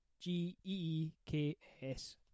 G-E-E-K-S